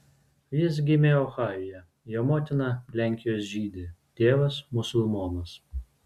jis gimė ohajuje jo motina lenkijos žydė tėvas musulmonas